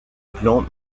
plans